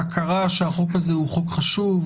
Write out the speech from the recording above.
להכרה שהחוק הזה הוא חוק חשוב,